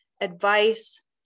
advice